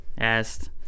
asked